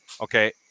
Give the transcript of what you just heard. Okay